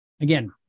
Again